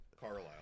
Carlisle